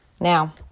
Now